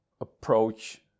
approach